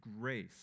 grace